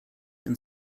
and